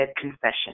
confession